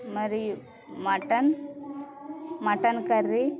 మరియు mutton mutton curry